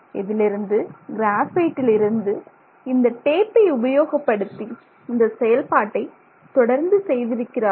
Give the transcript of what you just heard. இதிலிருந்து கிராபைட்டில் இருந்து இந்த டேப்பை உபயோகப்படுத்தி இந்த செயல்பாட்டை தொடர்ந்து செய்திருக்கிறார்கள்